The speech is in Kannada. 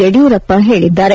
ಯಡಿಯೂರಪ್ಪ ಹೇಳದ್ದಾರೆ